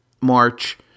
march